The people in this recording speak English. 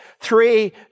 Three